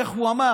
איך הוא אמר?